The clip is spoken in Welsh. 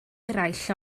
eraill